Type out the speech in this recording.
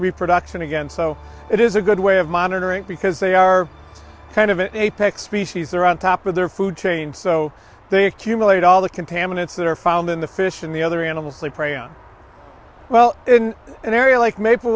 reproduction again so it is a good way of monitoring because they are kind of an apex species they're on top of their food chain so they accumulate all the contaminants that are found in the fish and the other animals sleep prey on well in an area like maple